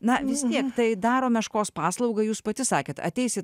na vis tiek tai daro meškos paslaugą jūs pati sakėt ateisit